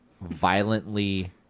violently